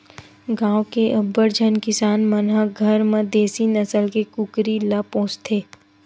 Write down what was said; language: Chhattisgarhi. गाँव के अब्बड़ झन किसान मन ह घर म देसी नसल के कुकरी ल पोसथे